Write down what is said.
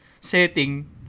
setting